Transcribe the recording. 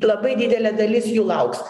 labai didelė dalis jų lauks